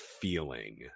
feeling